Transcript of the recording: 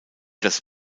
das